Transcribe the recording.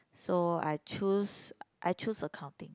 so I choose I choose accounting